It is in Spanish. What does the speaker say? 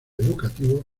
educativos